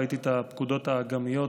ראיתי את הפקודות האג"מיות,